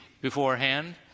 beforehand